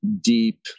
deep